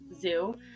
Zoo